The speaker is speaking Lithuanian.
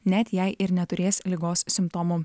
net jei ir neturės ligos simptomų